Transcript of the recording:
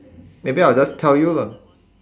maybe I'll just tell you lah